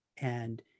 And-